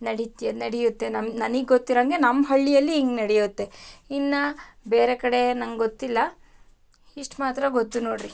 ನಡಿತ್ತೆ ನಡಿಯುತ್ತೆ ನಮ್ಮ ನನಗೆ ಗೊತ್ತಿರೋ ಹಾಗೆ ನಮ್ಮ ಹಳ್ಳಿಯಲ್ಲಿ ಹೀಗೆ ನಡಿಯುತ್ತೆ ಇನ್ನೂ ಬೇರೆ ಕಡೆ ನನಗೆ ಗೊತ್ತಿಲ್ಲ ಇಷ್ಟು ಮಾತ್ರ ಗೊತ್ತು ನೋಡ್ರಿ